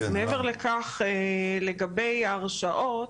מעבר לכך, לגבי ההרשאות,